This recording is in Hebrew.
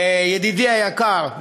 ידידי היקר,